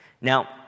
Now